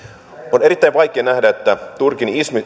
on erittäin vaikea nähdä että turkin